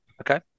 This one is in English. Okay